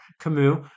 Camus